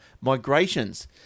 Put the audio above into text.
migrations